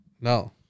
no